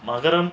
மகரம்:magaram